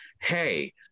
hey